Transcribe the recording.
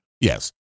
Yes